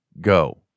go